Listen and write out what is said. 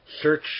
search